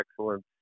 excellent